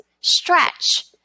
stretch